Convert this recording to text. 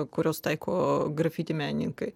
kuriuos taiko grafiti menininkai